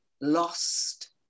lost